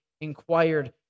inquired